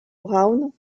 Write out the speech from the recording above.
braun